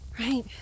Right